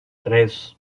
tres